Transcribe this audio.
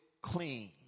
clean